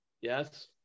yes